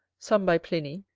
some by pliny,